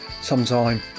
sometime